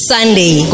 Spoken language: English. Sunday